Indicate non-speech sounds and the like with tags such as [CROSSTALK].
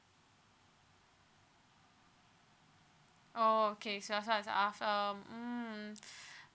[oh[ okay so I still have to ask them mm [BREATH]